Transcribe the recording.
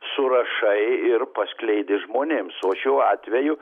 surašai ir paskleidi žmonėms o šiuo atveju